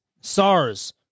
SARS